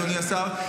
אדוני השר,